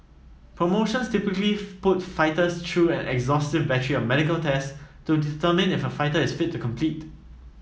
promotions typically put fighters through an exhaustive battery of medical tests to determine if a fighter is fit to compete